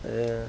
ya